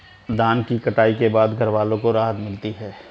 धान की कटाई के बाद घरवालों को राहत मिलती है